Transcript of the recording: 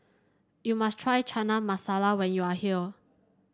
you must try Chana Masala when you are here